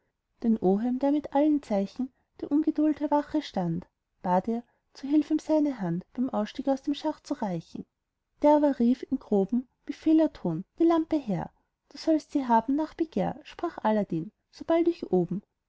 den oheim der mit allen zeichen der ungeduld hier wache stand bat er zur hilf ihm seine hand beim ausstieg aus dem schacht zu reichen der aber rief in einem groben befehlerton die lampe her du sollst sie haben nach begehr sprach aladdin sobald ich oben